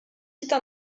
sites